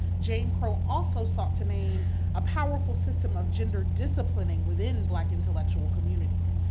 jane crow also sought to name a powerful system of gender disciplining within black intellectual communities.